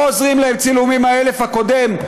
לא עוזרים להם צילומים מהאלף הקודם,